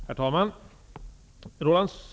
Herr talman!